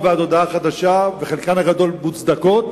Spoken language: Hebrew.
ועד הודעה חדשה וחלקן הגדול מוצדקות,